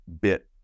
bit